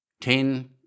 Ten